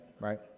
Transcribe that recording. right